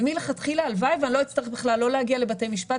ומלכתחילה הלוואי ואני לא אצטרך בכלל לא להגיע לבתי משפט,